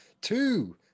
Two